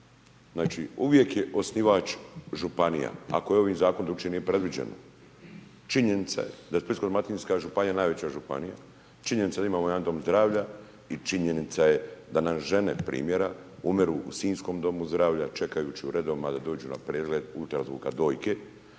Znači, uvijek je osnivač županija ako ovim zakonom nije drukčije predviđeno. Činjenica je da je Splitsko-dalmatinska županija najveća županija. Činjenica je da imamo jedan dom zdravlja i činjenica je da nam žene primjera umiru u sinjskom Domu zdravlja čekajući u redovima da do dođu na pregled ultrazvuka dojke.